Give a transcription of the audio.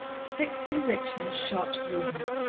sick conviction shot through her.